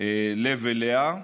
לב אליה,